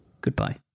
Goodbye